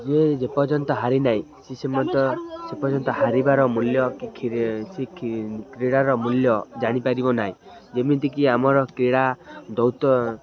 ଯିଏ ଯେପର୍ଯ୍ୟନ୍ତ ହାରିନାହିଁ ସିଏ ସେ ସେପର୍ଯ୍ୟନ୍ତ ହାରିବାର ମୂଲ୍ୟ କ୍ରୀଡ଼ାର ମୂଲ୍ୟ ଜାଣିପାରିବ ନାହିଁ ଯେମିତିକି ଆମର କ୍ରୀଡ଼ା ଦୌତ